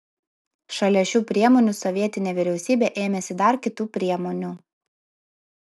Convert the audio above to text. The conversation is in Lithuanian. šalia šių priemonių sovietinė vyriausybė ėmėsi dar kitų priemonių